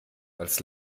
als